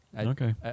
okay